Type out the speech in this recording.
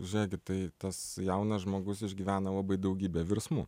žiūrėkit tai tas jaunas žmogus išgyvena labai daugybę virsmų